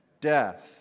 Death